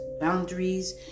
boundaries